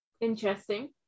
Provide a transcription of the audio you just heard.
Interesting